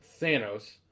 Thanos